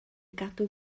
gadw